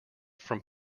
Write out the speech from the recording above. from